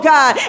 God